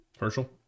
Herschel